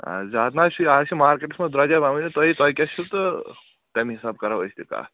آ زیادٕ نہَ حظ چھُ اَز چھِ مارکیٹس منٛز درٛۅجر وۅنۍ ؤنِو تُہۍ تۄہہِ کیٛاہ چھُو تہٕ تَمہِ حِسابہٕ کَرو أسۍ تہِ کَتھ